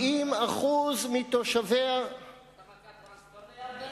70% מתושביה, אתה מציע טרנספר לירדן?